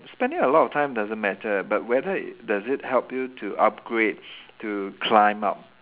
spending a lot of time doesn't matter but whether does it help you to upgrade to climb up